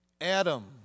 Adam